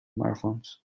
smartphones